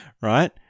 Right